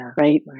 right